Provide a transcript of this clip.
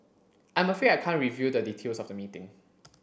I'm afraid I can't reveal the details of the meeting